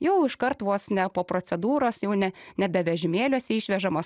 jau iškart vos ne po procedūros jau ne nebe vežimėliuose išvežamos